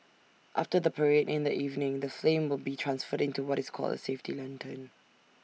after the parade in the evening the flame will be transferred into what is called A safety lantern